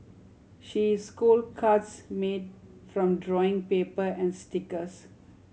she cards made from drawing paper and stickers